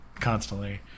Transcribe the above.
constantly